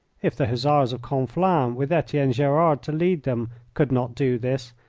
if the hussars of conflans, with etienne gerard to lead them, could not do this,